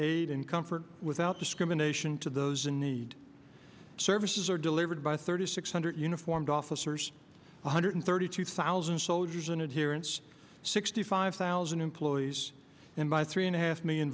aid and comfort without discrimination to those in need services are delivered by thirty six hundred uniformed officers one hundred thirty two thousand soldiers and adherence sixty five thousand employees and by three and a half million